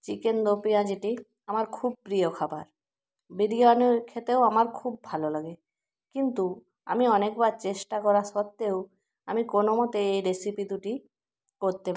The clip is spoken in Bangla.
চিকেন দো পেঁয়াজিটি আমার খুব প্রিয় খাবার বিরিয়ানি খেতেও আমার খুব ভালো লাগে কিন্তু আমি অনেকবার চেষ্টা করা সত্ত্বেও আমি কোনোমতে এই রেসিপি দুটি করতে